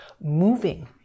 moving